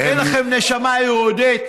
אין לכם נשמה יהודית.